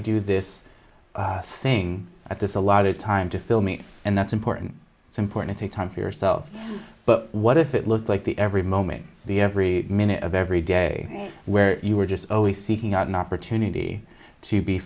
do this thing at this allotted time to fill me and that's important it's important take time for yourself but what if it looked like the every moment the every minute of every day where you were just always seeking out an opportunity to be